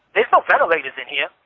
there's no ventilators in here.